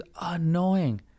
annoying